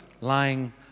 lying